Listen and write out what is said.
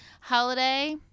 holiday